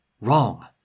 wrong